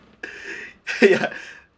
ya